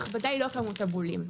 ההכבדה היא לא כמות הבולים,